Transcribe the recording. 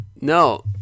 no